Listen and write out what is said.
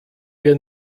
wir